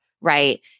right